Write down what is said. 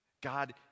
God